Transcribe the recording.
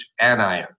anion